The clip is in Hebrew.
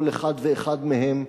כל אחד ואחד מהם,